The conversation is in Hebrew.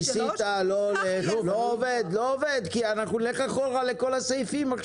ניסית אבל זה לא עובד כי אנחנו נלך אחורה לכל הסעיפים.